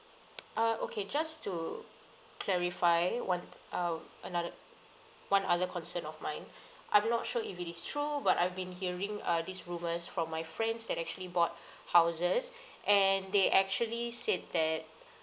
uh okay just to clarify one uh another one other concern of mine I'm not sure if it is true but I've been hearing uh these rumours from my friends that actually bought houses and they actually said that